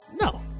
No